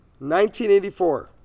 1984